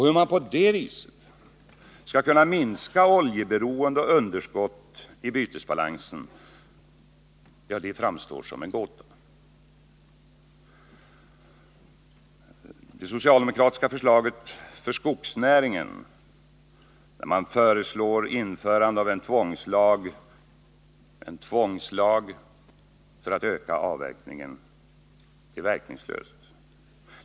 Hur man på det viset skall minska oljeberoende och underskott i bytesbalansen framstår som en gåta. Det socialdemokratiska förslaget för skogsnäringen, där man föreslår införande av en tvångslag för att öka avverkningen, är verkningslöst.